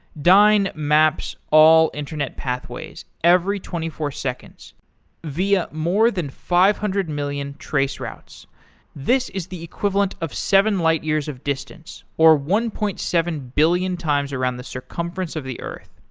dyn maps all internet pathways every twenty four seconds via more than five hundred million traceroutes. this is the equivalent of seven light years of distance, or one point seven billion times around the circumference of the earth.